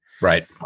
Right